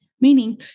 meaning